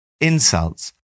Insults